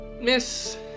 Miss